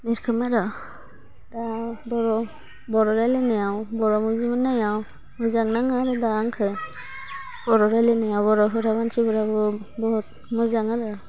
बि रोखोम आरो दा बर' बर' रायलायनायाव बर' बुजि मोन्नायाव मोजां नाङो आरो दा आंखौ बर' रायलायनायाव बर'फोरा मानसिफोरा बर' बहद मोजां आरो